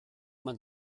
man